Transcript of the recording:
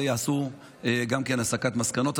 ויעשו גם הסקת מסקנות.